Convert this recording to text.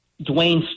Dwayne